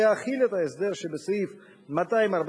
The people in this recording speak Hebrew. ולהחיל את ההסדר שבסעיף 249(33)